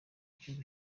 ibihugu